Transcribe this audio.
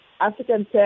African